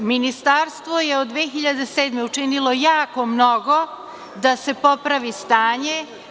Ministarstvo je od 2007. godine učinilo jako mnogo da se popravi stanje.